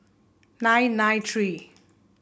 nine nine three